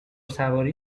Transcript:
سواری